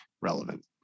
relevant